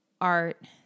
art